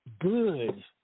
good